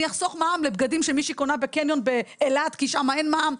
אני אחסוך מע"מ לבגדים שמישהי קונה בקניון באילת כי שם אין מע"מ,